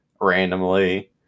randomly